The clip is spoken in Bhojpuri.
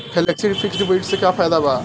फेलेक्सी फिक्स डिपाँजिट से का फायदा भा?